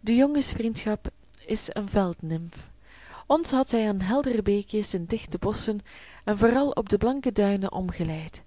de jongensvriendschap is eene veldnimf ons had zij aan heldere beekjes in dichte bosschen en vooral op de blanke duinen omgeleid